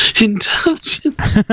Intelligence